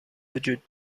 وجود